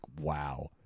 wow